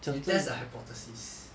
you test the the hypothesis